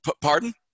Pardon